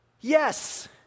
yes